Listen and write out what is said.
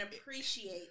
appreciate